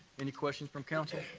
any questions from council?